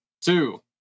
two